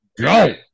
go